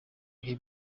bihe